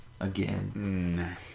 again